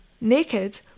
Naked